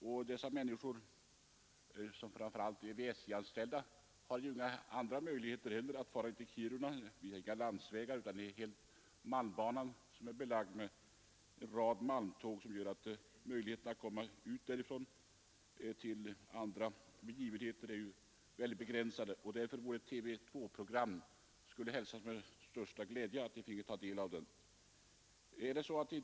Människorna här uppe — det gäller framför allt de SJ-anställda — har inte stora möjligheter att fara till Kiruna, eftersom det inte finns några landsvägar, utan bara malmbanan, som är belagd med en rad malmtåg. Tillfällena att delta i andra begivenheter är alltså starkt begränsade, varför det skulle hälsas med största glädje, om de finge ta del av TV 2-programmen.